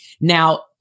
Now